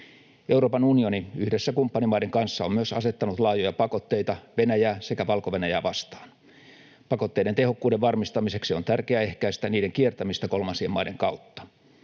Euroopan unioni yhdessä kumppanimaiden kanssa on myös asettanut laajoja pakotteita Venäjää sekä Valko-Venäjää vastaan. Pakotteiden tehokkuuden varmistamiseksi on tärkeää ehkäistä niiden kiertämistä kolmansien maiden kautta.